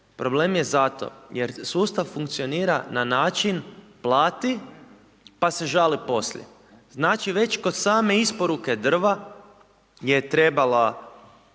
Problem je zato jer sustav funkcionira na način plati pa se žali poslije. Znači već kod same isporuke drva je trebala